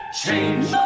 Change